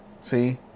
See